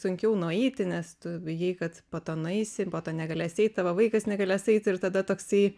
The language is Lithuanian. sunkiau nueiti nes tu bijai kad po to nueisi po to negalėsi eit tavo vaikas negalės eit ir tada toksai